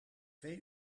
twee